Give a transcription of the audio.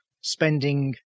spending